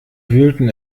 wühlten